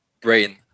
brain